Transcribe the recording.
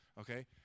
okay